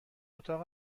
اتاق